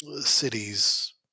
cities